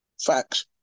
Facts